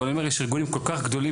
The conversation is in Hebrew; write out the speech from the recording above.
אבל אני אומר יש ארגונים כל כך גדולים